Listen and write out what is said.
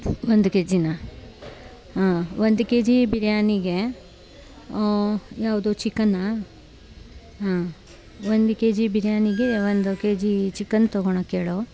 ಒಂದು ಕೆಜಿಯಾ ಹಾಂ ಒಂದು ಕೆ ಜಿ ಬಿರಿಯಾನಿಗೆ ಊಂ ಯಾವುದು ಚಿಕನ್ನಾ ಹಾಂ ಒಂದು ಕೆ ಜಿ ಬಿರಿಯಾನಿಗೆ ಒಂದು ಕೆ ಜಿ ಚಿಕನ್ ತೊಗೊಳೋಕ್ಕೇಳು